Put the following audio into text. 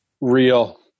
Real